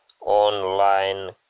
online